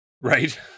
Right